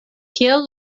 kiel